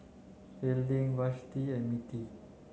Fielding Vashti and Mettie